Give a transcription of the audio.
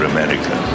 America